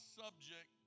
subject